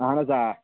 اَہَن حظ آ